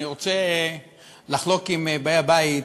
אני רוצה לחלוק עם באי הבית,